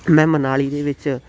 ਮੈਂ ਮਨਾਲੀ ਦੇ ਵਿੱਚ